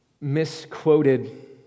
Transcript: misquoted